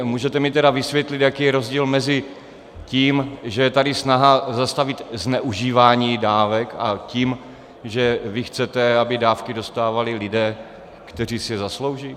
Můžete mi tedy vysvětlit, jaký je rozdíl mezi tím, že je tady snaha zastavit zneužívání dávek, a tím, že vy chcete, aby dávky dostávali lidé, kteří si je zaslouží?